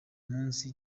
munsi